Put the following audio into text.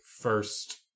first